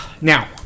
Now